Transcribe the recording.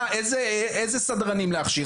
איזה סדרנים להכשיר.